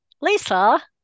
Lisa